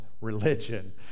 religion